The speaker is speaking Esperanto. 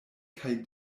kaj